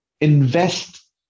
invest